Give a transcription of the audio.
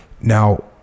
now